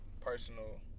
personal